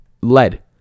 lead